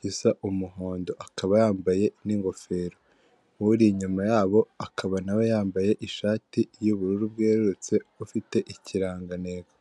gisa umuhondo akaba yambaye n'ingofero, uri inyuma yabo akaba nawe yambaye ishati y'ubururu bwerurutse ufite ikirangantego.